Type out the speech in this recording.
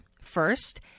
first